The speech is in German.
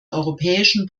europäischen